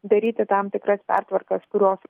daryti tam tikras pertvarkas kurios